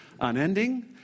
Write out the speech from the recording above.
unending